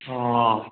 অঁ